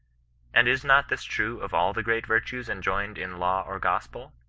and is not this true of all the great virtues enjoined in law or gospel?